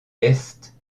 est